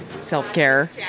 self-care